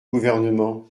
gouvernement